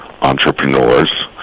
entrepreneurs